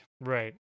Right